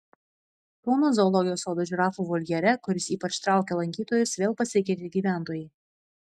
kauno zoologijos sodo žirafų voljere kuris ypač traukia lankytojus vėl pasikeitė gyventojai